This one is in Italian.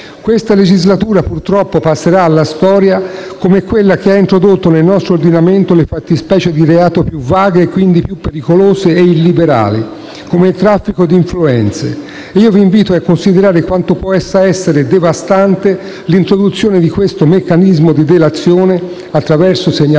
Questa legislatura passerà ormai alla storia come quella che ha introdotto nel nostro ordinamento le fattispecie di reato più vaghe e quindi più pericolose e illiberali, come il traffico di influenze, e io vi invito a considerare quanto possa essere devastante l'introduzione di questo meccanismo di delazione attraverso segnalazioni